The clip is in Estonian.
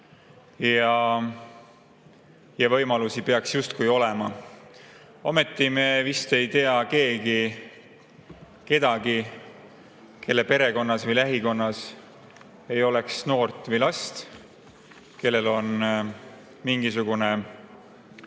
ja võimalusi peaks justkui olema. Ometi me vist ei tea keegi kedagi, kelle perekonnas või lähikonnas ei oleks noort või last, kellel on mingisugune